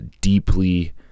deeply